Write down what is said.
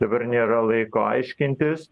dabar nėra laiko aiškintis